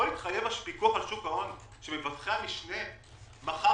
יכול להתחייב הפיקוח על שוק ההון שמבטחי המשנה מחר